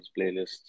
playlists